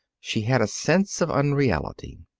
she had a sense of unreality.